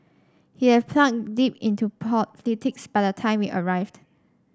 he had plunged deep into politics by the time we arrived